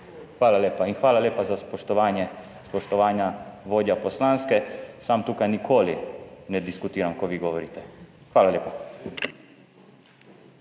Hvala lepa in hvala lepa za spoštovanje, spoštovana vodja poslanske! Sam tukaj nikoli ne diskutiram, ko vi govorite. Hvala lepa.